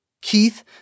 Keith